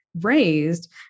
raised